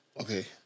okay